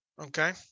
Okay